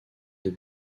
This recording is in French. des